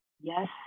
yes